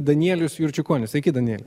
danielius jurčiukonis sveiki danieliau